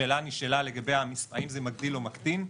השאלה שנשאלה האם זה מגדיל או מקטין,